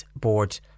board